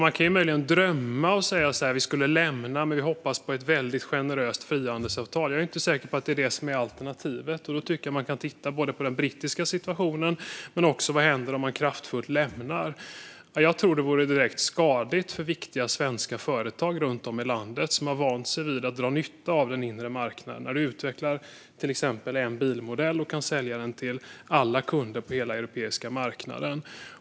Man kan möjligen drömma och säga att vi skulle lämna EU men att vi hoppas på ett väldigt generöst frihandelsavtal. Jag är dock inte säker på att det är detta som är alternativet. Jag tycker att man kan titta både på den brittiska situationen och på vad som händer om man kraftfullt lämnar EU. Jag tror att det vore direkt skadligt för viktiga svenska företag runt om i landet, som har vant sig vid att dra nytta av den inre marknaden. Till exempel kan ett företag som utvecklar en bilmodell sälja denna till alla kunder på hela den europeiska marknaden.